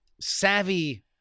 savvy